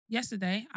Yesterday